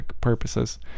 purposes